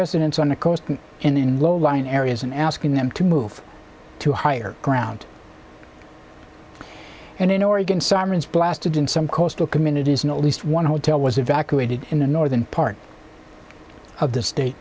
residents on the coast and in low lying areas and asking them to move to higher ground and in oregon sirens blasted in some coastal communities and at least one hotel was evacuated in the northern part of the state